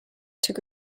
took